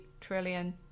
trillion